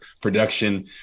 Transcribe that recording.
production